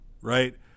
right